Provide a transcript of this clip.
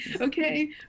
okay